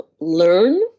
learn